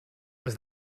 was